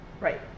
Right